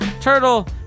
Turtle